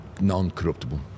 non-corruptible